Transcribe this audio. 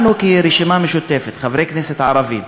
אנחנו כרשימה המשותפת, חברי כנסת ערבים,